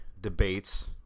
debates